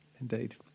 Indeed